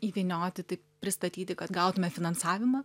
įvynioti tai pristatyti kad gautume finansavimą